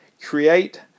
create